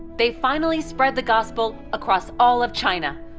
they've finally spread the gospel across all of china,